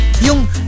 Yung